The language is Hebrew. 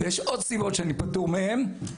ויש עוד סיבות שאני פטור מהן.